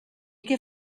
què